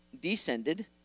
descended